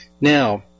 Now